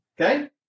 Okay